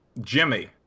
Jimmy